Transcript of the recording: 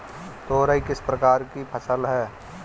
तोरई किस प्रकार की फसल है?